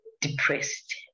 depressed